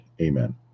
Amen